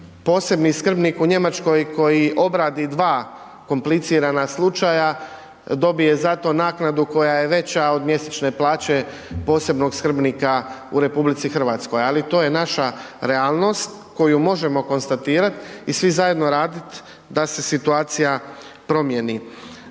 posebni skrbnik u Njemačkoj koji obradi dva komplicirana slučaja dobije za to naknadu koja je veća od mjesečne plaće posebnog skrbnika u RH, ali to je naša realnost koju možemo konstatirati i svi zajedno raditi da se situacija promjeni.